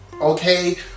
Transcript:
okay